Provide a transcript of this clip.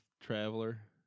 Traveler